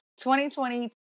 2020